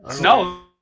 No